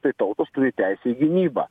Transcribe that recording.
tai tautos turi teisę į gynybą